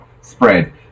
spread